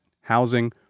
housing